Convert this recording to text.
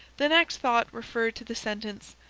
the next thought referred to the sentence